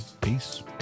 peace